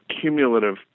cumulative